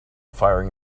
firing